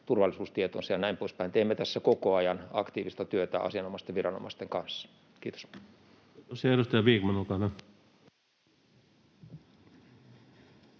turvallisuustietonsa ja näin poispäin. Teemme tässä koko ajan aktiivista työtä asianomaisten viranomaisten kanssa. — Kiitos.